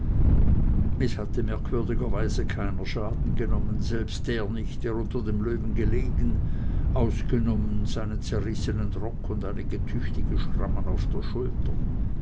es hatte merkwürdigerweise keiner schaden genommen selbst der nicht der unter dem löwen gelegen ausgenommen seinen zerrissenen rock und einige tüchtige schrammen auf der schulter